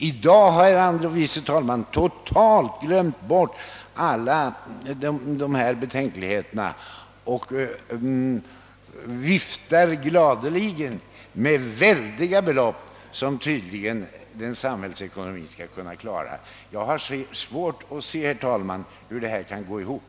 I dag har herr andre vice talmannen totalt glömt dessa betänkligheter, och han viftar gladeligen med väldiga belopp, som samhällsekonomin tydligen skall tåla. Jag har, herr talman, svårt att se hur detta kan gå ihop.